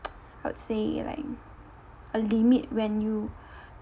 I would say like a limit when you